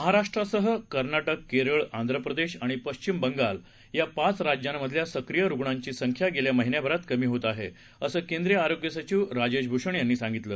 महाराष्ट्रासह कर्नाटक केरळ आंध्र प्रदेश आणि पश्चिम बंगाल या पाच राज्यांमधल्या सक्रिय रुग्णांची संख्या गेल्या महिन्याभरात कमी होत आहे असं केंद्रीय आरोग्य सचिव राजेश भूषण यांनी सांगितलं